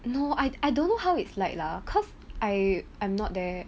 no I I don't know how it's like lah cause I I'm not there